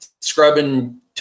scrubbing